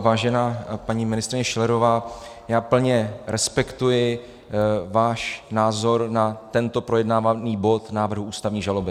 Vážená paní ministryně Schillerová, já plně respektuji váš názor na tento projednávaný bod návrh ústavní žaloby.